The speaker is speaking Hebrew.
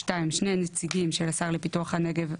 "(2) שני נציגים של השר לפיתוח הנגב,